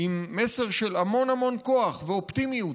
עם מסר של המון המון כוח ואופטימיות,